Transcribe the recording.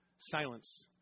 silence